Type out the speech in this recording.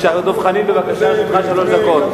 חבר הכנסת דב חנין, לרשותך שלוש דקות.